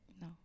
No